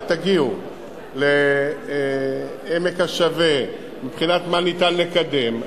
ותגיעו לעמק השווה מבחינת מה ניתן לקדם,